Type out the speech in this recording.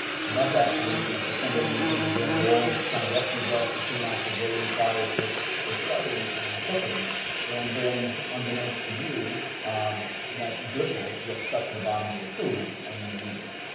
so that's actually, you know so somebody using again an old kind of rusty brush to clean off the grating prior to to starting cooking and then unbeknownst to you um that bristle gets stuck to the bottom of your food and then you eat it.